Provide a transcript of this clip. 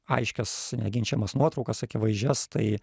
aiškias neginčijamas nuotraukas akivaizdžias tai